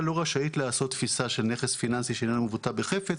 לא רשאית לעשות תפיסה של נכס פיננסי שאיננו מבוטא בחפץ,